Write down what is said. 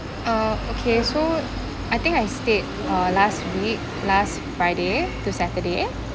uh okay so I think I stayed uh last week last friday to saturday eh